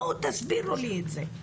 תסבירו לי את זה.